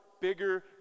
bigger